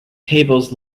tables